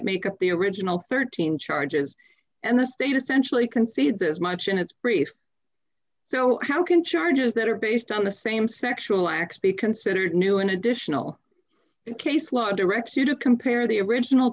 make up the original thirteen charges and the state essentially concedes as much in its brief so how can charges that are based on the same sexual acts be considered new an additional case law directs you to compare the original